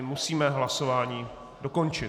Musíme hlasování dokončit.